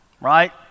right